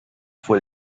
fue